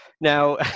Now